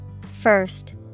First